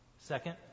Second